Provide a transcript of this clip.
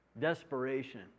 desperation